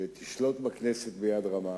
שתשלוט בכנסת ביד רמה